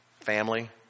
family